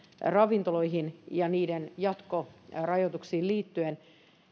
ravintoloihin ja niiden jatkorajoituksiin liittyen